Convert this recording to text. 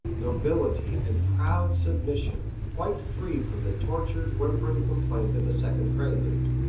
nobility and proud submission quite free from the tortured, whimpering complaint of the second prelude.